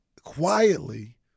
quietly